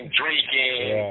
drinking